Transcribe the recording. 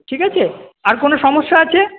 ঠিক আছে আর কোনও সমস্যা আছে